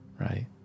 right